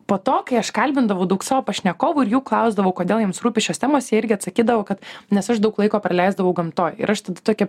po to kai aš kalbindavau daug savo pašnekovų ir jų klausdavau kodėl jiems rūpi šios temos jie irgi atsakydavo kad nes aš daug laiko praleisdavau gamtoj ir aš tada tokia